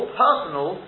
personal